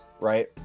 right